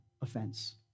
offense